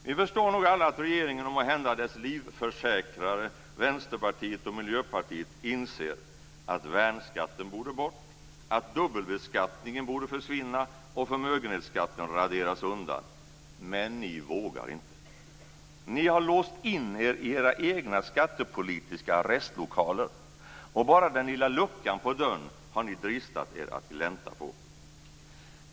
Vi förstår nog alla att regeringen, och måhända dess livförsäkrare Vänsterpartiet och Miljöpartiet, inser att värnskatten borde bort, att dubbelbeskattningen borde försvinna och förmögenhetsskatten raderas ut. Men ni vågar inte. Ni har låst in er i era egna skattepolitiska arrestlokaler. Ni har bara dristat er att glänta på den lilla luckan på dörren.